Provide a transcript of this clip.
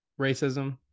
racism